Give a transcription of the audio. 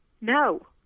no